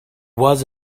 was